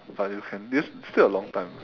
but you can it's still a long time